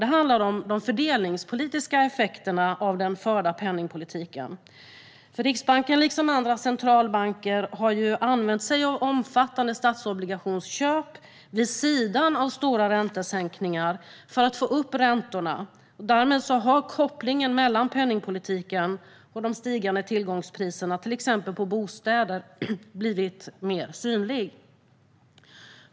Det handlar om de fördelningspolitiska effekterna av den förda penningpolitiken. Riksbanken liksom andra centralbanker har nämligen använt sig av omfattande statsobligationsköp vid sidan av stora räntesänkningar för att få upp räntorna. Därmed har kopplingen mellan penningpolitiken och de stigande tillgångspriserna, till exempel på bostäder, blivit mer synlig.